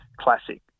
classic